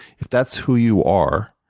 if that's who you are,